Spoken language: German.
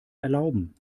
erlauben